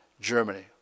Germany